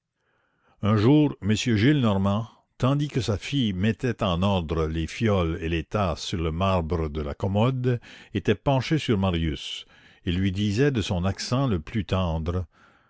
un jour m gillenormand tandis que sa fille mettait en ordre les fioles et les tasses sur le marbre de la commode était penché sur marius et lui disait de son accent le plus tendre